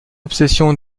obsession